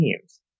teams